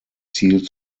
ziel